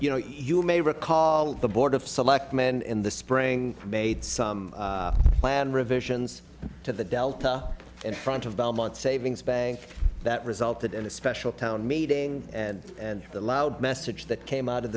you know you may recall the board of selectmen in the spring made some land revisions to the delta in front of belmont savings bank that resulted in a special town meeting and the loud message that came out of